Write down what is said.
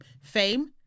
Fame